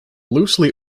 loosely